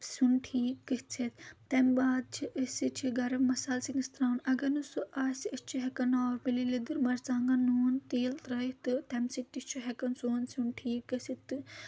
سیُن ٹھیٖک گٔژھِتھ تَمہِ باد چھِ أسۍ چھِ گَرَم مصالہٕ سِنِس تراوان اگر نہٕ سُہ آسہِ أسۍ چھِ ہؠکان نارمٔلی لیدٕر مَرژوانگن لیدٕر نوٗن تیٖل ترٲوِتھ تہٕ تَمہِ سۭتۍ تہِ چھُ ہؠکان سون سیُن ٹھیٖک گٔژھِتھ تہٕ